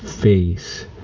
face